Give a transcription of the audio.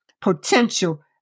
potential